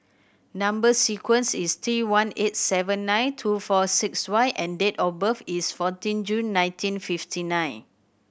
number sequence is T one eight seven nine two four six Y and date of birth is fourteen June nineteen fifty nine